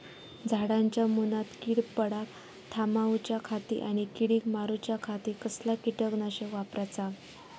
झाडांच्या मूनात कीड पडाप थामाउच्या खाती आणि किडीक मारूच्याखाती कसला किटकनाशक वापराचा?